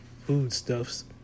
foodstuffs